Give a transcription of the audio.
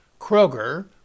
Kroger